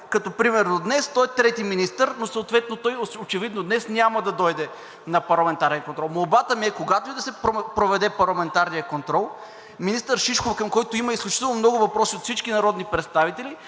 примерно като днес, той е трети министър, но съответно той очевидно няма да дойде на парламентарен контрол. Молбата ми е, когато и да се проведе парламентарният контрол, министър Шишков, към когото има изключително много въпроси от всички народни представители,